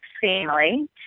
Family